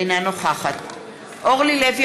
אינה נוכחת אורלי לוי